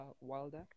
Wilder